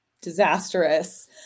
disastrous